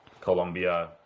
Colombia